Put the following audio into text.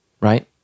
right